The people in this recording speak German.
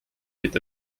wird